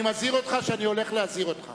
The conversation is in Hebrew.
אני מזהיר אותך שאני הולך להזהיר אותך,